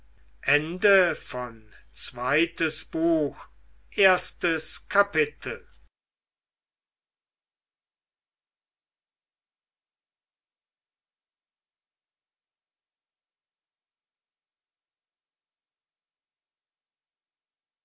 zweites buch erstes kapitel